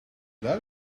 that